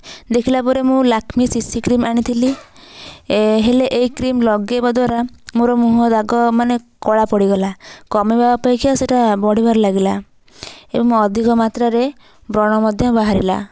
ଦେଖିଲା ପରେ ମୁଁ ଲାଖ୍ମୀ ସିସି କ୍ରିମ୍ ଆଣିଥିଲି ହେଲେ ଏହି କ୍ରିମ୍ ଲଗେଇବା ଦ୍ୱାରା ମୋର ମୁହଁ ଦାଗ ମାନେ କଳା ପଡ଼ିଗଲା କମେଇବା ଅପେକ୍ଷା ସେଇଟା ବଢ଼ିବାରେ ଲାଗିଲା ଏବଂ ମୁଁ ଅଧିକ ମାତ୍ରାରେ ବ୍ରଣ ମଧ୍ୟ ବାହାରିଲା